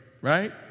right